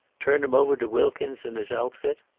turn him over to wilkins and his outfit?